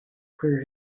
clear